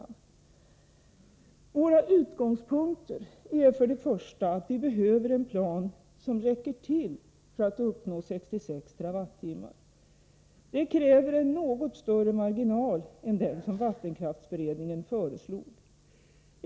En första utgångspunkt har varit att vi behöver en plan som räcker till för att uppnå 66 TWh. Det kräver en något större marginal än den som vattenkraftsberedningen föreslog.